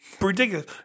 Ridiculous